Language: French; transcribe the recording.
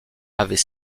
avait